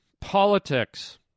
politics